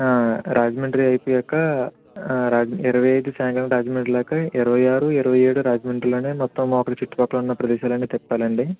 రాజమండ్రి అయిపోయాక ఇరవై ఐదు సాయంకాలం రాజమండ్రి లెక్క ఇరవై ఆరు ఇరవై ఏడు రాజమండ్రిలోనే మొత్తం లోపల చుట్టుపక్కలున్న ప్రదేశాలన్నీ తిప్పాలండి